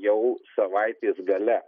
jau savaitės gale